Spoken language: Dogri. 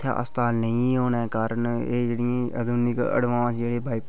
इत्थै अस्पताल नेईं होने दे कारण एह् जेह्ड़ियां अडवांस जेह्ड़ियां